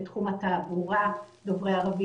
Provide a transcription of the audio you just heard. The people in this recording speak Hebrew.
מתחום התעבורה דוברי ערבית.